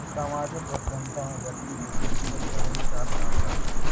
सामाजिक उद्यमिता में व्यक्ति विशेष उदयमी साथ काम करते हैं